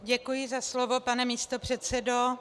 Děkuji za slovo, pane místopředsedo.